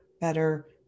better